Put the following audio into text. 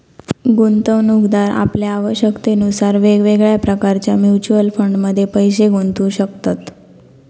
गुंतवणूकदार आपल्या आवश्यकतेनुसार वेगवेगळ्या प्रकारच्या म्युच्युअल फंडमध्ये पैशे गुंतवू शकतत